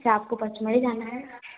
क्या आपको पचमढ़ी जाना है